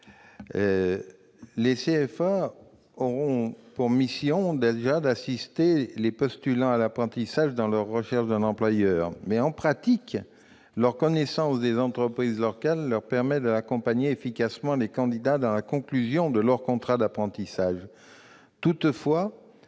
Les CFA auront pour mission d'assister les postulants à l'apprentissage dans leur recherche d'un employeur. En pratique, leur connaissance des entreprises locales leur permet déjà d'accompagner efficacement les candidats dans la conclusion de leur contrat d'apprentissage. Nous